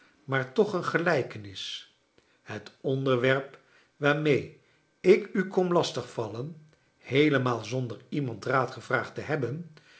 maar toch een gelijkenis het onderwerp waarmee ik u kom lastig vallen heelemaal zonder iemand raad gevraagd te hebben